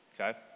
Okay